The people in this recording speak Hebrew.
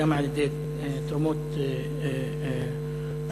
גם על-ידי תרומות מבחוץ.